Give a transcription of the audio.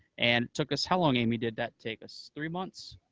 and took us. how long, amy, did that take us? three months?